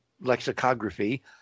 lexicography